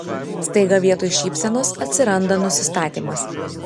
staiga vietoj šypsenos atsiranda nusistatymas